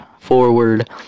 forward